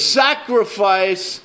sacrifice